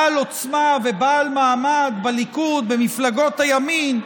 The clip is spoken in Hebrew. בעל עוצמה ובעל מעמד בליכוד, במפלגות הימין,